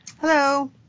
Hello